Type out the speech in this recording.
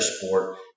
sport